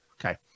Okay